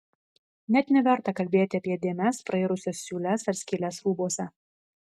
net neverta kalbėti apie dėmes prairusias siūles ar skyles rūbuose